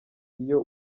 iyo